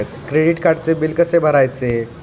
Credit कार्डचे बिल कसे भरायचे?